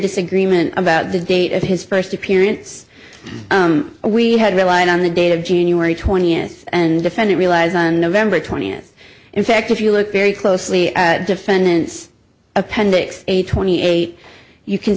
disagreement about the date of his first appearance we had relied on the date of january twentieth and defend it relies on november twentieth in fact if you look very closely at defendants appendix twenty eight you can